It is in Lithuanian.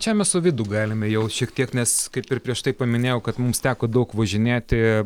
čia mes su vydu galime jau šiek tiek nes kaip ir prieš tai paminėjau kad mums teko daug važinėti